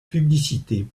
publicité